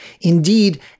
Indeed